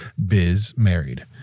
bizmarried